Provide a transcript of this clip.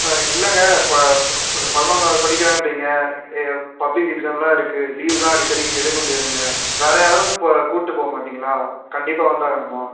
ஆ இல்லைங்க இப்போ இப்போ பதினொன்றாவது படிக்கிறான்றீங்க பப்ளிக் எக்ஸாம்லாம் இருக்குது லீவ்வெலாம் அடிக்கடிக்கு எடுக்க முடியாதுங்க வேறே யாரும் பா கூட்டி போக மாட்டீங்களா கண்டிப்பாக வந்தாகணுமா